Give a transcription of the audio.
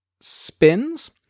spins